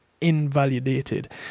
invalidated